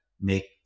make